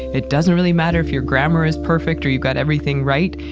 it doesn't really matter if you're grammar is perfect or you got everything right,